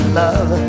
love